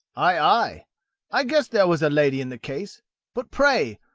ay, ay i guessed there was a lady in the case but pray,